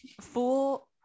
full